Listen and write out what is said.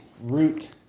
root